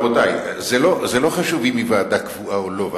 רבותי, זה לא חשוב אם היא ועדה קבועה או לא.